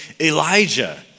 Elijah